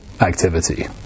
activity